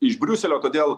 iš briuselio todėl